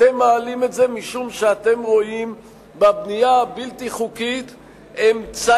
אתם מעלים את זה משום שאתם רואים בבנייה הבלתי-חוקית אמצעי,